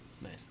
Nice